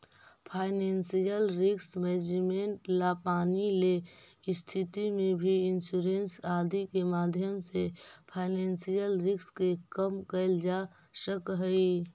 financial risk management ला पानी ले स्थिति में भी इंश्योरेंस आदि के माध्यम से फाइनेंशियल रिस्क के कम कैल जा सकऽ हई